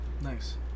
Nice